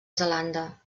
zelanda